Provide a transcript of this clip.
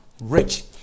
rich